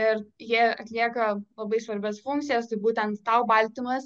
ir jie atlieka labai svarbias funkcijas tai būtent tau baltymas